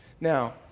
Now